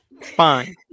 Fine